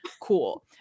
Cool